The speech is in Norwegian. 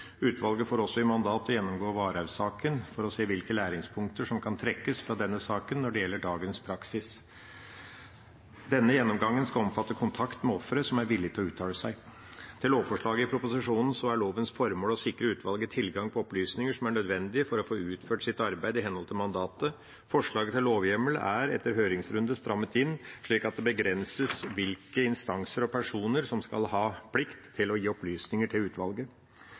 Utvalget får også i mandat å gjennomgå Varhaug-saken for å se hvilke læringspunkter som kan trekkes fra denne saken når det gjelder dagens praksis. Denne gjennomgangen skal omfatte kontakt med ofre som er villige til å uttale seg. I lovforslaget i proposisjonen er lovens formål å sikre utvalget tilgang på opplysninger som er nødvendige for å få utført sitt arbeid i henhold til mandatet. Forslaget til lovhjemmel er etter høringsrunde strammet inn, slik at det begrenses hvilke instanser og personer som skal ha plikt til å gi opplysninger til utvalget.